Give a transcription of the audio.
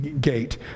gate